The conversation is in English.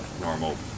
normal